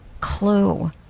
clue